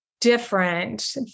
different